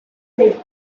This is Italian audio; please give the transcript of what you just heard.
del